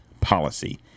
policy